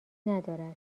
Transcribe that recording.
ندارد